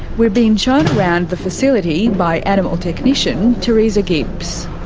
we're being shown around the facility by animal technician teresa gibbs.